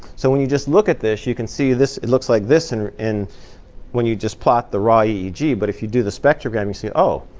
so when you just look at this, you can see this it looks like this and when you just plot the raw yeah eeg. but if you do the spectrogram, you see, oh,